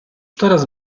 teraz